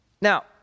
Now